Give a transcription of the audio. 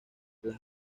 las